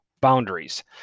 boundaries